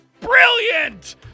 brilliant